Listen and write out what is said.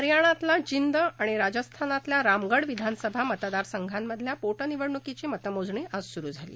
हरयाणातल्या जिंद आणि राजस्थानातल्या रामगढ विधानसभा मतदार संघांमधल्या पोट निवडणुकीची मतमोजणी आज सुरु झाली